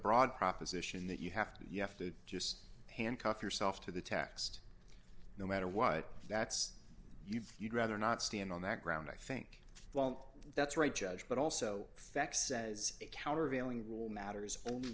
broad proposition that you have to you have to just handcuff yourself to the text no matter what that's you you'd rather not stand on that ground i think well that's right judge but also fact says the countervailing rule matters o